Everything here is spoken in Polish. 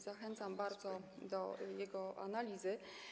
Zachęcam bardzo do jego analizy.